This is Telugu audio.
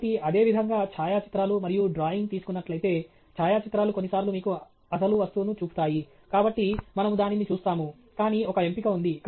కాబట్టి అదేవిధంగా ఛాయాచిత్రాలు మరియు డ్రాయింగ్ తీసుకున్నట్లైతే ఛాయాచిత్రాలు కొన్నిసార్లు మీకు అసలు వస్తువును చూపుతాయి కాబట్టి మనము దానిని చూస్తాము కానీ ఒక ఎంపిక ఉంది